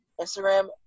Instagram